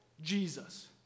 Jesus